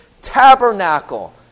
tabernacle